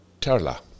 Terla